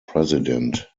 president